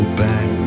back